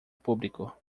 público